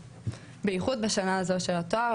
בייחוד בשנה הזאת של התואר.